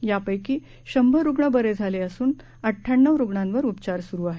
यापैकी शंभर रुग्ण बरे झाले असून अठ्ठयाण्णव रुग्णांवर उपचार सुरू आहेत